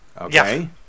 Okay